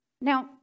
Now